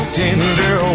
tender